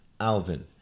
Alvin